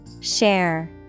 Share